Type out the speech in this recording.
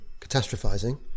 catastrophizing